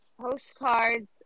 postcards